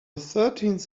thirteenth